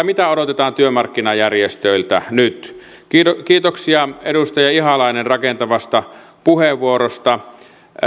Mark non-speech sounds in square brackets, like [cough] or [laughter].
[unintelligible] mitä odotetaan työmarkkinajärjestöiltä nyt kiitoksia edustaja ihalainen rakentavasta puheenvuorosta